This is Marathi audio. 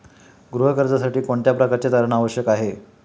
गृह कर्जासाठी कोणत्या प्रकारचे तारण आवश्यक आहे?